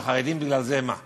אז החרדים בגלל זה הם, מה?